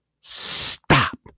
stop